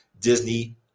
Disney